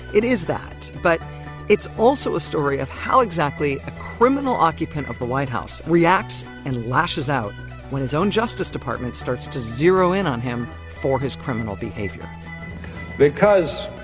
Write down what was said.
it is that but it's also a story of how exactly a criminal occupant of the white house reacts and lashes out when his own justice department starts to zero in on him for his criminal behavior because